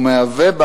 ומהווה,